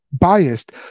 biased